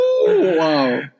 wow